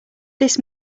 this